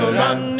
run